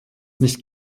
nicht